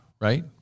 right